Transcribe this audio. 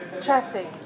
traffic